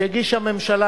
שהגישה הממשלה,